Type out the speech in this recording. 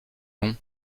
non